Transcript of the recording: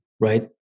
Right